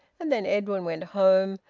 and then edwin went home,